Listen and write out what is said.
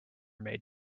made